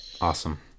awesome